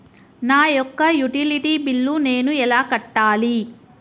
నా యొక్క utility bill నేను ఎలా కట్టాలి?